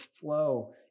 flow